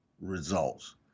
results